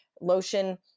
lotion